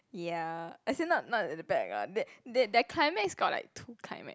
ya as in not not at the back lah that that that climax got like two climax